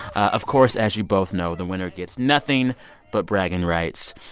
of course, as you both know, the winner gets nothing but bragging rights.